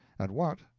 at what,